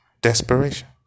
Desperation